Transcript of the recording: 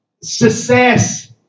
success